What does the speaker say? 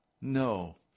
no